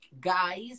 guys